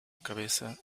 cabeza